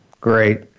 Great